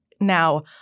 Now